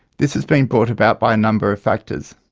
this has been brought about by a number of factors.